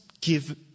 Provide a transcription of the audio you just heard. give